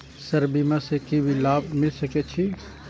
Sir बीमा से की लाभ मिल सके छी?